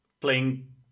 playing